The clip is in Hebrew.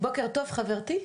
בוקר טוב חברתי,